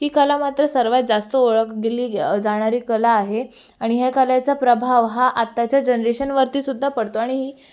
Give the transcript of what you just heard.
ही कला मात्र सर्वात जास्त ओळगली जाणारी कला आहे आणि ह्या कलेचा प्रभाव हा आत्ताच्या जनरेशनवरतीसुद्धा पडतो आणि ही